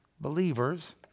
believers